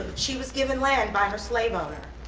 she was given land by her slave owner.